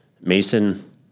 Mason